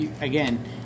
Again